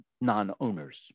non-owners